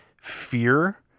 fear